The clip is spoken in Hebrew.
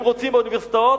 רוצים באוניברסיטאות,